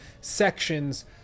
sections